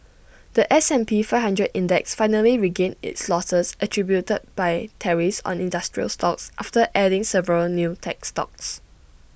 The S and P five hundred index finally regained its losses attributed by tariffs on industrial stocks after adding several new tech stocks